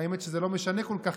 האמת שזה לא משנה כל כך,